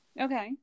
Okay